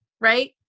right